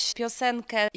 piosenkę